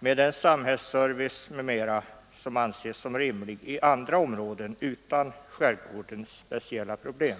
med den samhällsservice m.m. som anses som rimlig i andra områden utan skärgårdens speciella problem.